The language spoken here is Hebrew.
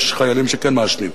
יש חיילים שכן מעשנים.